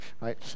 Right